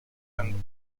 and